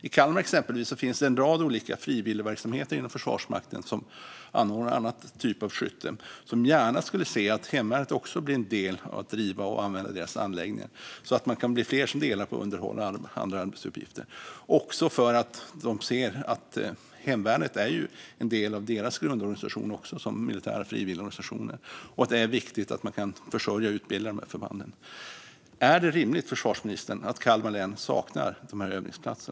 I Kalmar, exempelvis, finns det en rad olika frivilligverksamheter inom Försvarsmakten som anordnar skytte av annan typ, som gärna skulle se att hemvärnet också blev delaktigt i att driva och använda deras anläggningar så att man blir fler som delar på underhåll och andra arbetsuppgifter. De ser också att hemvärnet är en del av deras grundorganisation som militära frivilligorganisationer och att det är viktigt att man kan försörja och utbilda dessa förband. Är det rimligt, försvarsministern, att Kalmar län saknar övningsplatser?